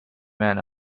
man